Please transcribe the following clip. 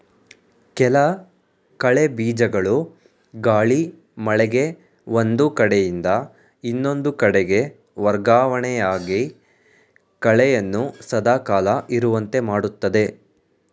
ಕೆಲ ಕಳೆ ಬೀಜಗಳು ಗಾಳಿ, ಮಳೆಗೆ ಒಂದು ಕಡೆಯಿಂದ ಇನ್ನೊಂದು ಕಡೆಗೆ ವರ್ಗವಣೆಯಾಗಿ ಕಳೆಯನ್ನು ಸದಾ ಕಾಲ ಇರುವಂತೆ ಮಾಡುತ್ತದೆ